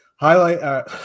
Highlight –